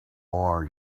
are